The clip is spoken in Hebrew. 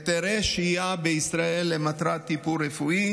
היתרי שהייה בישראל למטרת טיפול רפואי,